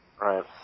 right